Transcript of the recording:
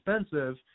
expensive